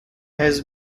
has